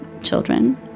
children